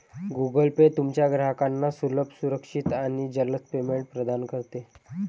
Google Pay तुमच्या ग्राहकांना सुलभ, सुरक्षित आणि जलद पेमेंट प्रदान करते